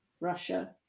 Russia